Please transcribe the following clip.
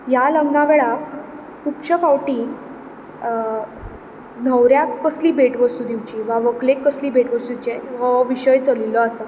ह्या लग्ना वेळार खुबश्या फावटी न्हवऱ्याक कसली भेटवस्तू दिवची वा व्हकलेक कसली भेटवस्तू दिवचें हो विशय चलिल्लो आसता